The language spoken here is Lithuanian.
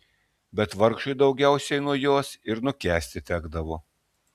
bet vargšui daugiausiai nuo jos ir nukęsti tekdavo